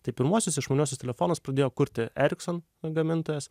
tai pirmuosius išmaniuosius telefonus pradėjo kurti ericsson gamintojas